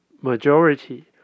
majority